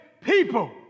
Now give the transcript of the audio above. people